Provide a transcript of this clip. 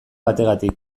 bategatik